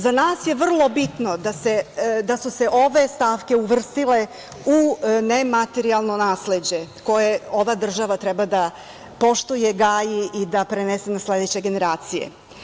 Za nas je vrlo bitno da su se ove stavke uvrstile u nematerijalno nasleđe koje ova država treba da poštuje, gaji i da prenese na sledeće generacije.